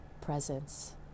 presence